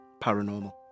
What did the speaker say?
paranormal